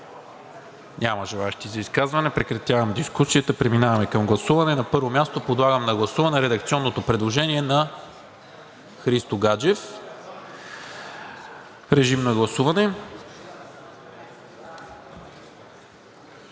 Няма желаещи за изказване. Прекратявам дискусията. Преминаваме към гласуване. На първо място подлагам на гласуване редакционното предложение на Христо Гаджев. Гласували